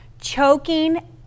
Choking